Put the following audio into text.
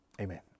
amen